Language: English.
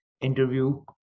interview